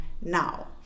now